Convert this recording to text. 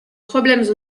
problèmes